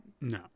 No